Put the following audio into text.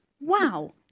Wow